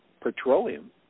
petroleum